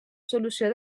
solució